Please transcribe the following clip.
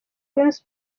queens